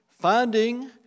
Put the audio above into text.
finding